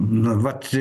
nu vat